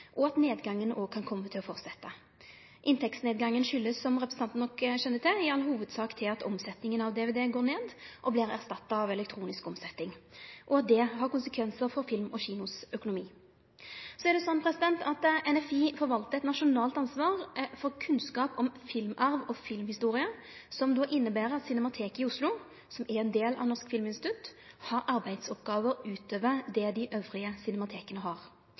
og at nedgangen kan kome til å fortsetje. Inntektsnedgangen kjem, som representanten nok kjenner til, i all hovudsak av at omsetninga av dvd går ned og vert erstatta av elektronisk omsetning. Det har konsekvensar for økonomien til Film & Kino. NFI forvaltar eit nasjonalt ansvar for kunnskap om filmarv og filmhistorie, som inneber at Cinemateket i Oslo, som er ein del av Norsk filminstitutt, har arbeidsoppgåver utover det dei andre cinemateka har.